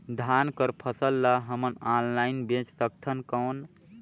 धान कर फसल ल हमन ऑनलाइन बेच सकथन कौन?